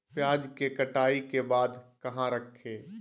प्याज के कटाई के बाद कहा रखें?